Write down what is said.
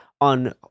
on